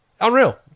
Unreal